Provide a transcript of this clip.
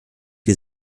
die